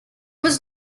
was